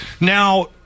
Now